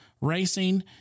Racing